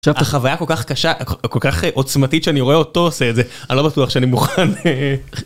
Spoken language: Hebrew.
עכשיו את החוויה כל כך קשה, כל כך עוצמתית שאני רואה אותו עושה את זה, אני לא בטוח שאני מוכן אההה